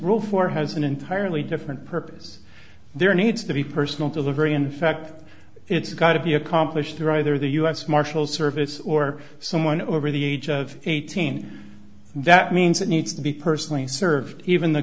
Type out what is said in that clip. rule for has an entirely different purpose there needs to be personal delivery in fact it's got to be accomplished through either the u s marshal service or someone over the age of eighteen that means it needs to be personally served even the